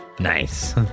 Nice